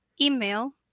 email